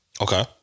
Okay